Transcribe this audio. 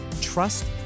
trust